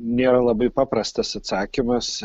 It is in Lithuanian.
nėra labai paprastas atsakymas